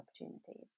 opportunities